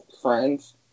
friends